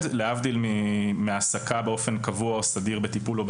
להבדיל מהעסקה באופן קבוע או סדיר בטיפול.